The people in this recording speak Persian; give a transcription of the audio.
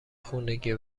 خونگیه